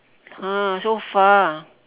!huh! so far